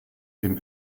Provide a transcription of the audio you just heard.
dem